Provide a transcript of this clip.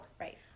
Right